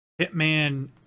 hitman